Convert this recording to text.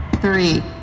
three